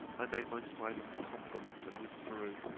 i made my silent compliments, and withdrew